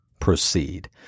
Proceed